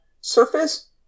surface